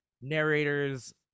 narrators